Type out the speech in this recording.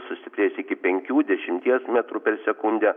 sustiprės iki penkių dešimties metrų per sekundę